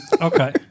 okay